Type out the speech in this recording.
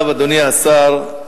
אדוני השר,